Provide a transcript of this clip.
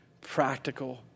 practical